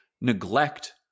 neglect